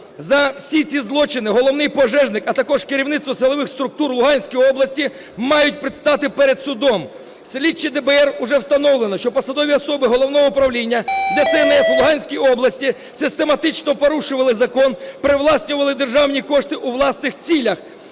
За всі ці злочини головний пожежник, а також керівництво силових структур Луганської області мають предстати перед судом. Слідчими ДБР вже встановлено, що посадові особи Головного управління ДСНС в Луганській області систематично порушували закон, привласнювали державні кошти у власних цілях,